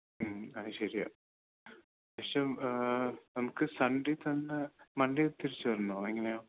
ഉം അത് ശരിയാ തിരിച്ച് നമുക്ക് സൺഡേ തന്നെ മണ്ടേ തിരിച്ചു വരണോ എങ്ങനെയാ